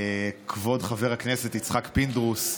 כבוד חבר הכנסת יצחק פינדרוס,